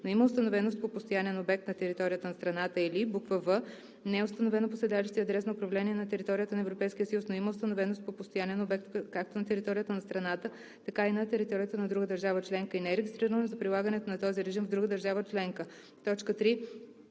но има установеност по постоянен обект на територията на страната, или в) не е установено по седалище и адрес на управление на територията на Европейския съюз, но има установеност по постоянен обект както на територията на страната, така и на територията на друга държава членка, и не е регистрирано за прилагането на този режим в друга държава членка; 3.